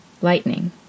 Lightning